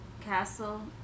castle